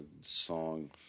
song